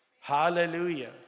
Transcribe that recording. Hallelujah